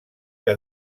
que